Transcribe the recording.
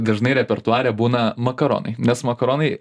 dažnai repertuare būna makaronai nes makaronai